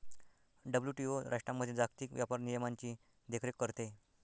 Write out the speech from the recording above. WTO राष्ट्रांमधील जागतिक व्यापार नियमांची देखरेख करते